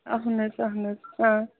اَہَن حظ اَہن حظ